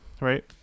right